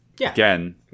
Again